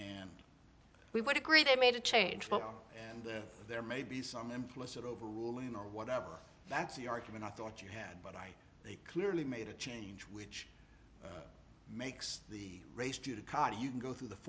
and we would agree they made a change but and there may be some implicit overruling or whatever that's the argument i thought you had but i they clearly made a change which makes the race judicata you can go through the